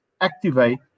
activate